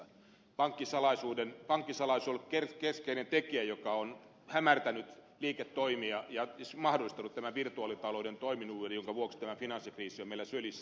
pankkisalaisuus on ollut keskeinen tekijä joka on hämärtänyt liiketoimia ja mahdollistanut tämän virtuaalitalouden toimivuuden jonka vuoksi tämä finanssikriisi on meillä sylissä